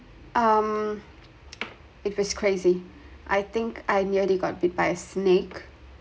um if it's crazy I think I nearly got bit by a snake